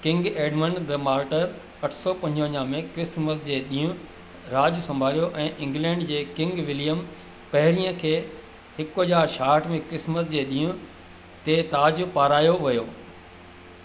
king Edmund the martyr अठ सौ पंजवंजाह में क्रिसमस जे ॾींहुं राज संभालियो ऐं इंग्लैंड जे किंग विलियम पहिरींअ खे हिकु हज़ार छाहठि में क्रिसमस जे ॾींहं ते ताज पहिरायो वियो